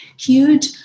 huge